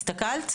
הסתכלת?